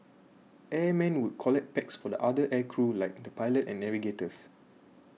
airmen would collect packs for the other air crew like the pilot and navigators